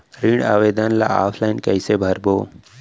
ऋण आवेदन ल ऑफलाइन कइसे भरबो?